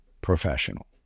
professional